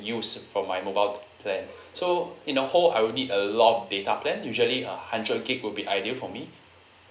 used for my mobile plan so uh in a whole I will need a lot of data plan usually a hundred gig will be ideal for me